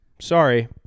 Sorry